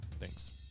Thanks